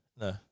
No